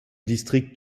district